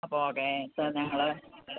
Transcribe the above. അപ്പോൾ okay sir ഞങ്ങൾ നിങ്ങളെ